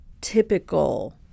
typical